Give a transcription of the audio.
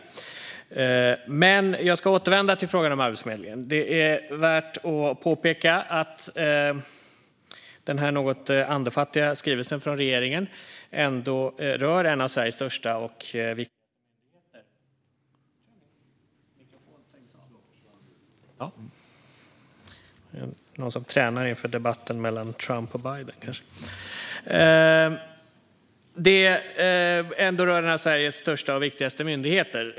Men jag ska återvända till frågan om Arbetsförmedlingen. Det är värt att påpeka att denna något andefattiga skrivelse från regeringen rör en av Sveriges största och viktigaste myndigheter.